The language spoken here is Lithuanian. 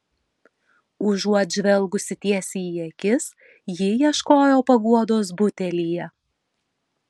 užuot žvelgusi tiesai į akis ji ieškojo paguodos butelyje